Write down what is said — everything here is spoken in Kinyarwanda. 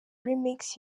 remix